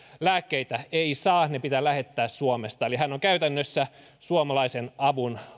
lääkkeitä ei saa ne pitää lähettää suomesta eli hän on käytännössä suomalaisen avun